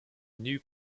new